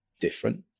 different